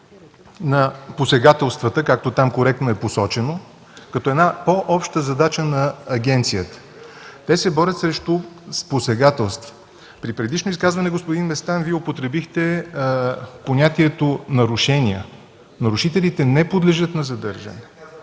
на посегателствата, както там коректно е посочено, като една по-обща задача на агенцията. Те се борят срещу посегателства. При предишно изказване, господин Местан, Вие употребихте понятието „нарушения” – нарушителите не подлежат на задържане.